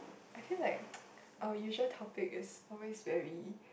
I feel like our usual topic is always very